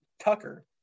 tucker